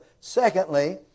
Secondly